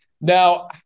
Now